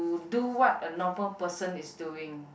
do what a normal person is doing